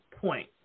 point